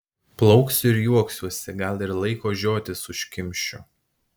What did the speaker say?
plauksiu ir juoksiuosi gal ir laiko žiotis užkimšiu